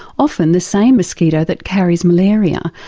often the same mosquito that carries malaria,